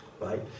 right